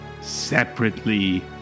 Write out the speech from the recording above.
separately